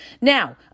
Now